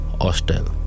Hostel